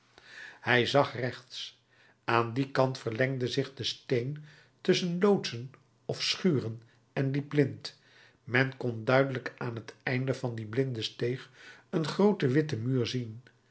hij zag rechts aan dien kant verlengde zich de steen tusschen loodsen of schuren en liep blind men kon duidelijk aan het einde van die blinde steeg een grooten witten muur zien